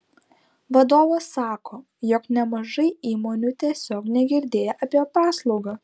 vadovas sako jog nemažai įmonių tiesiog negirdėję apie paslaugą